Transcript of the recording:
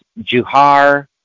Juhar